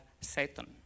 Satan